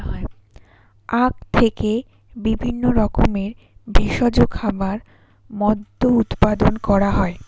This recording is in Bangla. আখ থেকে বিভিন্ন রকমের ভেষজ খাবার, মদ্য উৎপাদন করা হয়